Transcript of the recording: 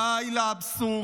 די לאבסורד,